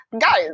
guys